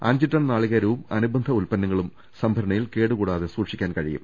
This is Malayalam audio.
അഞ്ച് ടൺ നാളികേരവും അനുബന്ധ ഉൽപ്പന്നങ്ങളും സംഭരണി യിൽ കേടുകൂടാതെ സൂക്ഷിക്കാൻ കഴിയും